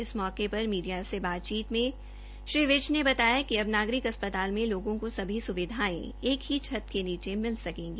इस मौके पर मीडिया से बातचीत में श्री विज ने बताया कि अब नागरिक अस्पताल में लोगों को सभी सुविधाएं एक ही छत के नीचे मिल सकेंगी